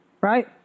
right